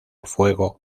fuego